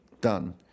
done